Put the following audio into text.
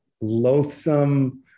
loathsome